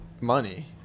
money